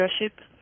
leadership